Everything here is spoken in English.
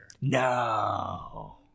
No